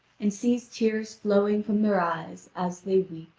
and sees tears flowing from their eyes, as they weep.